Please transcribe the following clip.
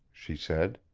she said.